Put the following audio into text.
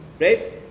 right